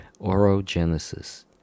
Orogenesis